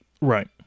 Right